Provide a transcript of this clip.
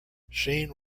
shane